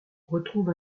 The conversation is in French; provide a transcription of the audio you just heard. retrouve